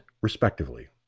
respectively